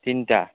তিনটা